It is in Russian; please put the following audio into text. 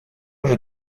уже